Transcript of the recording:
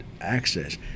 access